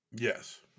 Yes